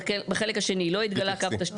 בחלק השני "לא התגלה קו תשתית,